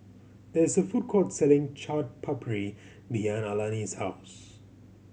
there is a food court selling Chaat Papri behind Alani's house